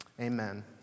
amen